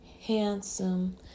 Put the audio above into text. handsome